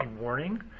warning